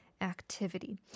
activity